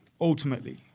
ultimately